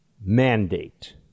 mandate